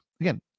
Again